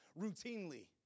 routinely